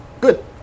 Good